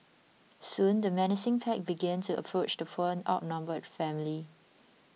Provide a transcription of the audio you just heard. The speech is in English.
soon the menacing pack began to approach the poor outnumbered family